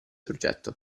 progetto